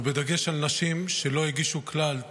ובדגש על נשים שלא הגישו כלל טענה,